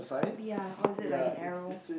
ya or is it like an arrow